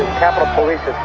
capitol police